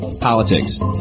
Politics